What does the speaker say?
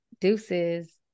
deuces